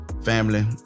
family